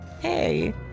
Hey